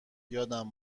یادم